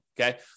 okay